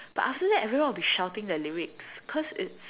but after that everyone will be shouting the lyrics cause it's